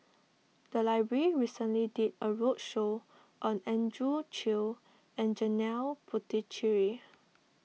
the library recently did a roadshow on Andrew Chew and Janil Puthucheary